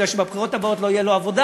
מכיוון שבבחירות הבאות לא תהיה לו עבודה,